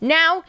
now